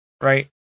Right